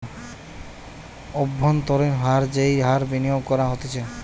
অব্ভন্তরীন হার যেই হার বিনিয়োগ করা হতিছে